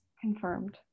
confirmed